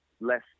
less